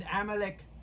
amalek